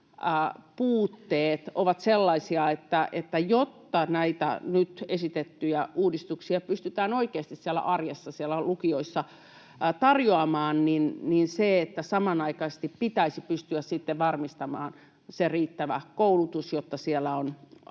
puutteet ovat sellaisia, että jotta näitä nyt esitettyjä uudistuksia pystytään oikeasti siellä arjessa, siellä lukioissa tarjoamaan, niin samanaikaisesti pitäisi pystyä sitten varmistamaan riittävä koulutus, jotta siellä on